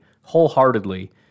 wholeheartedly